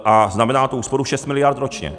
A znamená to úsporu 6 miliard ročně.